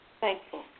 thankful